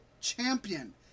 champion